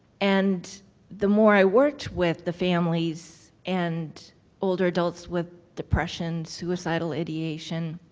and the more i worked with the families and older adults with depression, suicidal ideation,